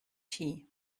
tea